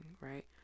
right